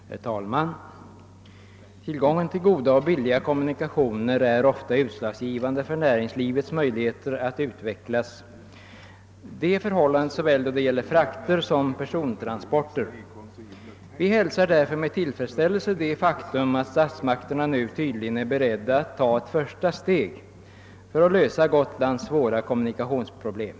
Herr talman! Tillgången till goda och billiga kommunikationer är ofta utslagsgivande för näringslivets möjligheter att utvecklas. Så är förhållandet både då det gäller frakter och då det gäller persontransporter. Vi hälsar därför med tillfredsställelse det faktum att statsmakterna nu tydligen är beredda att ta ett första steg för att lösa Gotlands svåra kommunikationsproblem.